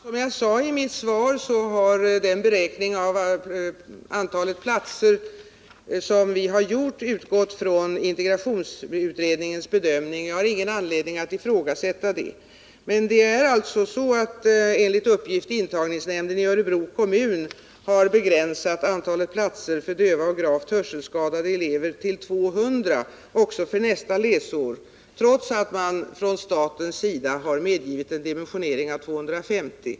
Herr talman! Som jag sade i mitt svar har vi i vår beräkning av antalet platser utgått från integrationsutredningens bedömning. Jag har ingen anledning att ifrågasätta den. Enligt uppgift har intagningsnämnden i Örebro kommun begrän platser för döva och gravt hörselskadade elever till 200 också för n trots att man från statens sida har medgivit en dimensionering på 250.